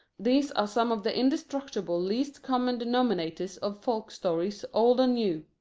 these are some of the indestructible least common denominators of folk stories old and new.